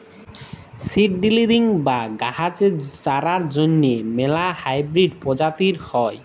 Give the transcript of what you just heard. seed drilling বা গাহাচের চারার জ্যনহে ম্যালা হাইবিরিড পরজাতি হ্যয়